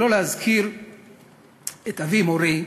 שלא להזכיר את אבי מורי,